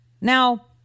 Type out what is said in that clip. Now